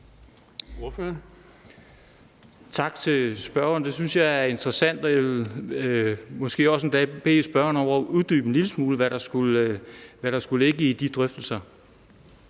Tak til spørgeren. Det synes jeg er interessant, og jeg vil måske også endda bede spørgeren om at uddybe en lille smule i forhold til, hvad der skulle ligge i de drøftelser.